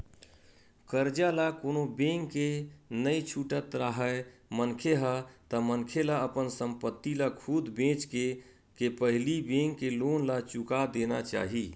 करजा ल कोनो बेंक के नइ छुटत राहय मनखे ह ता मनखे ला अपन संपत्ति ल खुद बेंचके के पहिली बेंक के लोन ला चुका देना चाही